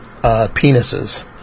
penises